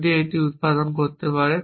যদি এটি উত্পাদন করতে পারে